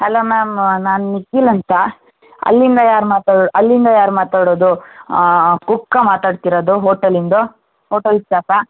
hello ma'am ನಾನು ನಿಖಿಲ್ ಅಂತ ಅಲ್ಲಿಂದ ಯಾರು ಮಾತಾಡೋದು ಅಲ್ಲಿಂದ ಯಾರು ಮಾತಾಡೋದು ಕುಕ್ಕಾ ಮಾತಾಡ್ತಿರೋದು ಹೋಟೆಲಿಂದು ಹೋಟೆಲ್ ಸ್ಟಾಫಾ